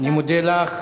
אני מודה לך.